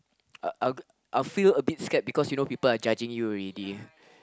I I I'll feel a bit scared because you know people are judging you already